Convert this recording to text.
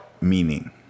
meaning